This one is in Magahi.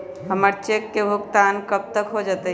हमर चेक के भुगतान कब तक हो जतई